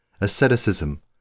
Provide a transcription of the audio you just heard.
asceticism